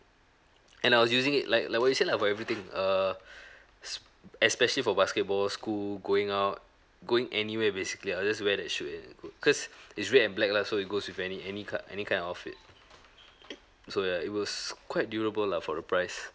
and I was using it like like what you said lah for everything err s~ especially for basketball school going out going anywhere basically I'll just wear that shoe and cause is red and black lah so it goes with any any kind any kind of outfit so ya it was quite durable lah for the price